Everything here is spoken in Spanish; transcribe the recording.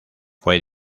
fue